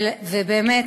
ובאמת,